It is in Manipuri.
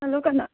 ꯍꯜꯂꯣ ꯀꯅꯥ